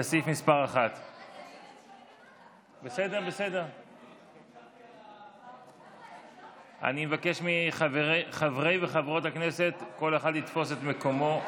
לסעיף מס' 1. אני מבקש מחברי וחברות הכנסת שכל אחד יתפוס את מקומו.